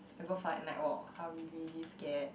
I go fight night walk hungry scared